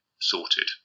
sorted